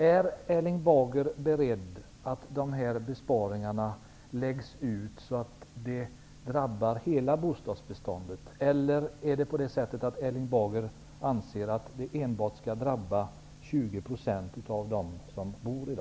Är Erling Bager beredd att lägga ut besparingarna så att de drabbar hela bostadsbeståndet eller anser Erling Bager att de enbart skall drabba 20 % av dagens boende?